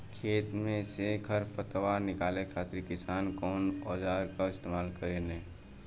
खेत में से खर पतवार निकाले खातिर किसान कउना औजार क इस्तेमाल करे न?